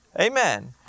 Amen